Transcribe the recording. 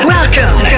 Welcome